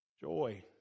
Joy